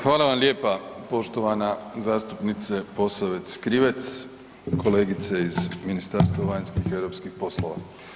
Hvala vam lijepa poštovana zastupnice Posavec Krivec, kolegice iz Ministarstva vanjskih i europskih poslova.